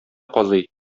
казый